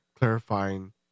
Clarifying